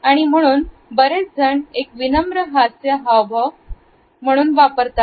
आणि म्हणून बरेच जण एक विनम्र हास्य हावभाव म्हणून वापरतात